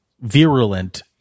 virulent